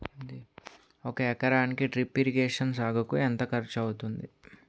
ఒక ఎకరానికి drip irrigation సాగుకు ఎంత ఖర్చు అవుతుంది?